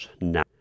now